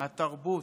התרבות,